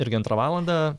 irgi antrą valandą